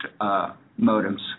modems